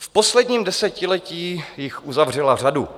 V posledním desetiletí jich uzavřela řadu.